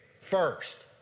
first